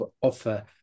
offer